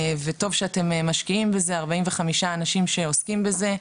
טוב שאתם משקיעים בזה 45 אנשים שעוסקים בזה.